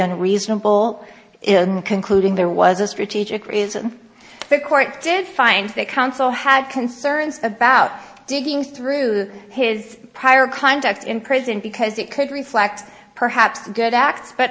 unreasonable in concluding there was a strategic reason the court did find that counsel had concerns about digging through his prior conduct in prison because it could reflect perhaps good acts but